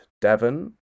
Devon